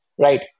right